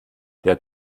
der